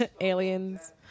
aliens